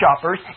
shoppers